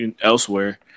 elsewhere